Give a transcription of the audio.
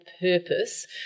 purpose